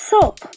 Soap